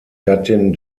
gattin